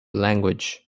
language